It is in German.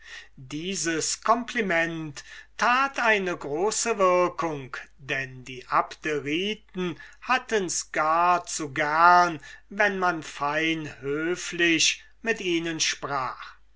dieses compliment tat einen großen effect denn die abderiten hatten's gar zu gerne wenn man fein höflich mit ihnen sprach